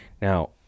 Now